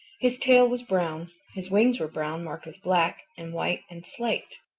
his tail was brown. his wings were brown, marked with black and white and slate.